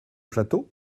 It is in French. château